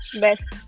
best